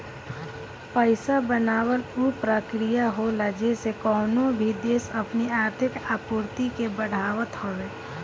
पईसा बनावल उ प्रक्रिया होला जेसे कवनो भी देस अपनी आर्थिक आपूर्ति के बढ़ावत हवे